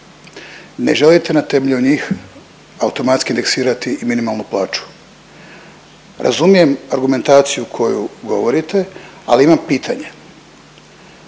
Ne želite na temelju njih automatski indeksirati i minimalnu plaću. Razumijem argumentaciju koju govorite, ali imam pitanje,